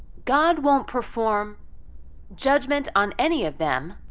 god won't perform judgment on any of them